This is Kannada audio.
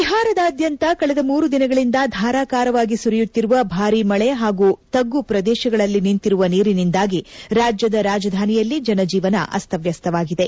ಬಿಹಾರದಾದ್ಯಂತ ಕಳೆದ ಮೂರು ದಿನಗಳಿಂದ ಧಾರಾಕಾರವಾಗಿ ಸುರಿಯುತ್ತಿರುವ ಭಾರೀ ಮಳೆ ಹಾಗೂ ತಗ್ಗು ಪ್ರದೇಶಗಳಲ್ಲಿ ನಿಂತಿರುವ ನೀರಿನಿಂದಾಗಿ ರಾಜ್ಯದ ರಾಜಧಾನಿಯಲ್ಲಿ ಜನಜೀವನ ಅಸ್ತವ್ಯಸ್ತವಾಗಿದೆ